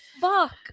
fuck